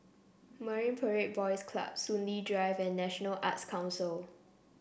Marine Parade Boys Club Soon Lee Drive and National Arts Council